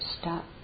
stop